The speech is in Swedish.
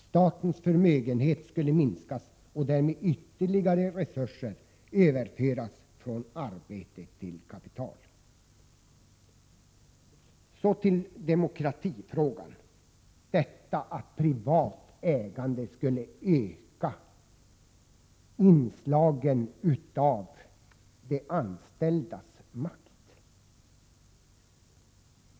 Statens förmögenhet skulle minskas och därmed ytterligare resurser överföras från arbete till kapital. Därefter till demokratifrågan — detta att privat ägande skulle öka inslaget av makt för de anställda.